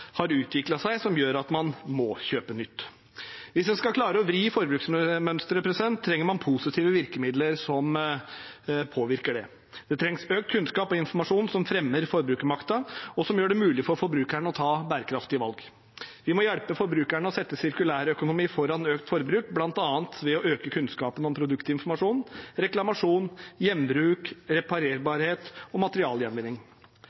har utviklet seg, noe som gjør at man må kjøpe nytt. Hvis man skal klare å vri forbruksmønsteret, trenger man positive virkemidler som påvirker det. Det trengs økt kunnskap og informasjon som fremmer forbrukermakten, og som gjør det mulig for forbrukerne å ta bærekraftige valg. Vi må hjelpe forbrukerne til å sette sirkulær økonomi foran økt forbruk, bl.a. ved å øke kunnskapen om produktinformasjon, reklamasjon,